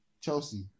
Chelsea